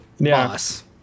boss